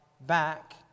back